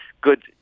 good